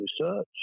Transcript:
research